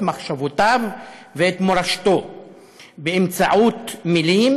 את מחשבותיו ואת מורשתו באמצעות מילים,